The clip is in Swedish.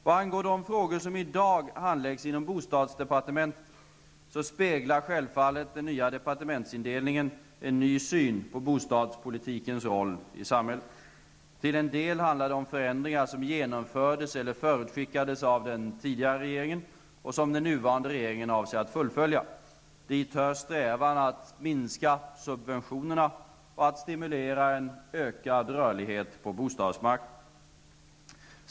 Vad angår de frågor som i dag handläggs i bostadsdepartementet, speglar självfallet den nya departementsindelningen en ny syn på bostadspolitikens roll i samhället. Till en del handlar det om förändringar som genomfördes eller förutskickades av den tidigare regeringen och som den nuvarande regeringen avser att fullfölja. Dit hör strävan att minska subventionerna och att stimulera en ökad rörlighet på bostadsmarknaden.